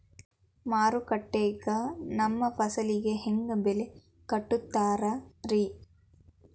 ಮಾರುಕಟ್ಟೆ ಗ ನಮ್ಮ ಫಸಲಿಗೆ ಹೆಂಗ್ ಬೆಲೆ ಕಟ್ಟುತ್ತಾರ ರಿ?